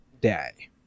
Day